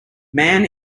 man